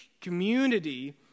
community